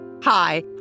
Hi